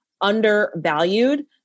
undervalued